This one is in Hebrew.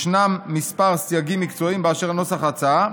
יש כמה סייגים מקצועיים באשר לנוסח ההצעה.